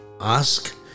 Ask